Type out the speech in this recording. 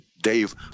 Dave